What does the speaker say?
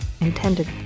intended